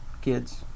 kids